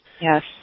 Yes